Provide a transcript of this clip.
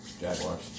Jaguars